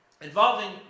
involving